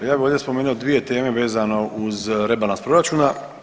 Ja bih ovdje spomenuo dvije teme vezano uz rebalans proračuna.